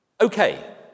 Okay